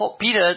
Peter